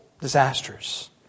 disasters